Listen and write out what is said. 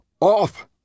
off